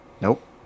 Nope